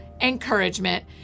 encouragement